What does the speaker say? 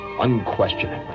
Unquestioningly